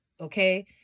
Okay